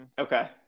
Okay